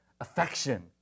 affection